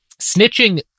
snitching